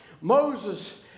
Moses